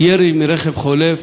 ירי מרכב חולף,